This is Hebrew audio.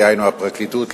דהיינו הפרקליטות,